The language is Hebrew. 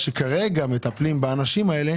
אנחנו עוברים לפנייה הבאה,